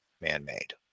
man-made